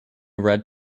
red